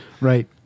Right